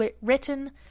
written